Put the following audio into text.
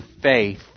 faith